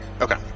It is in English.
Okay